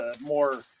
more